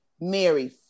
Mary